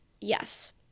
Yes